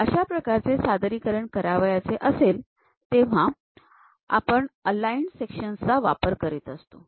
अशा प्रकारचे सादरीकरण आपणास करावयाचे असेल तेव्हा आपण अलाईन्ड सेक्शन्स चा वापर करतो